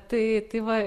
tai tai va